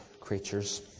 creatures